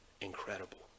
incredible